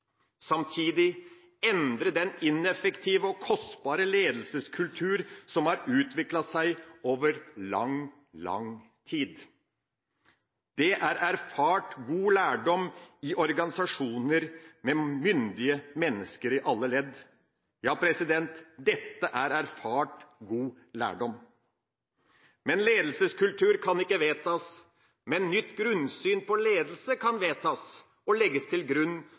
samtidig endre den ineffektive og kostbare ledelseskultur som har utviklet seg over lang, lang tid. Det er erfart god lærdom i organisasjoner med myndige mennesker i alle ledd – ja, dette er erfart, god lærdom. Ledelseskultur kan ikke vedtas, men nytt grunnsyn på ledelse kan vedtas og legges til grunn